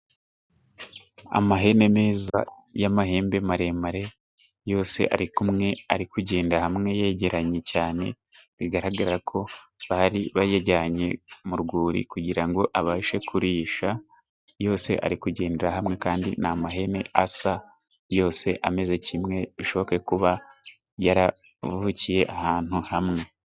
Amahene meza y'amahembe maremare yose arikumwe ari kugenda hamwe yegeranye cyane, bigaragara ko bari bayijyanye mu rwuri kugirango ngo abashe kurisha, yose ari kugendera hamwe kandi ni amahene asa yose ameze kimwe bishoboke kuba yaravukiye ahantu hamwe.